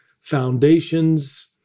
foundations